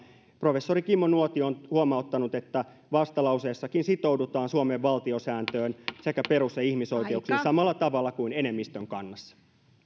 professori kimmo nuotio on huomauttanut että vastalauseessakin sitoudutaan suomen valtiosääntöön sekä perus ja ihmisoikeuksiin samalla tavalla kuin enemmistön kannassa